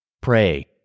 Pray